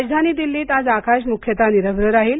राजधानी दिल्लीत आज आकाश मुख्यतः निरभ्र राहील